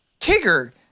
Tigger